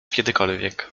kiedykolwiek